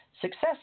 success